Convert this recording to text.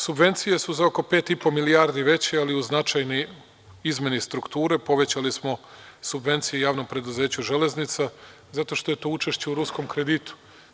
Subvencije su za oko 5,5 milijardi veće, ali uz značajne izmene i strukture povećali smo subvencije javnom preduzeću „Železnica“, zato što je to učešće u ruskom kreditu.